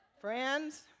Friends